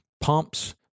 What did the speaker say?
pumps